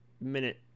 minute